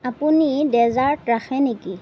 আপুনি ডেজাৰ্ট ৰাখে নেকি